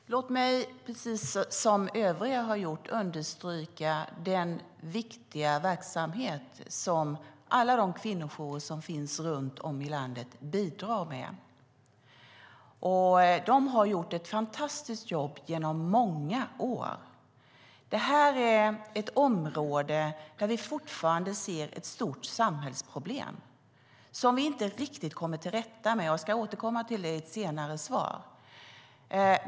Fru talman! Låt mig, precis som övriga har gjort, understryka den viktiga verksamhet som alla de kvinnojourer som finns runt om i landet bidrar med. De har gjort ett fantastiskt jobb under många år. Det här är ett område där vi fortfarande ser ett stort samhällsproblem som vi inte riktigt kommer till rätta med. Jag ska återkomma till det i ett senare svar.